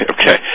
Okay